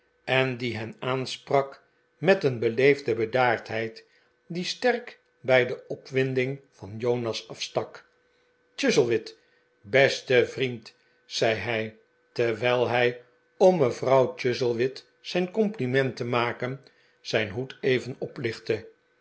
en die hen aansprak met een beleefde bedaardheid die sterk bij de opwinding van jonas afstak chuzzlewit beste vriend zei hij terwijl hij om mevrouw chuzzlewit zijn compliment te maken zijn hoed even oplichtte